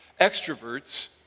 extroverts